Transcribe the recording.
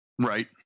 Right